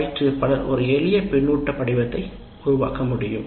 பயிற்றுவிப்பாளர் ஒரு எளிய கருத்து படிவத்தை உருவாக்க முடியும்